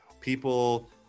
People